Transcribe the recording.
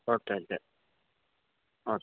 okay അല്ലേ okay